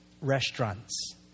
restaurants